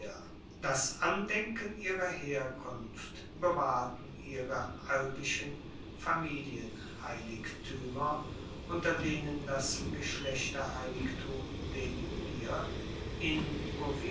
das andenken ihrer herkunft bewahrten ihre albischen familienheiligtuemer unter denen das geschlechterheiligtum der iulier in